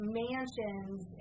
mansions